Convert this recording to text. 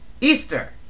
Easter